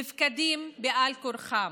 נפקדים בעל כורחם.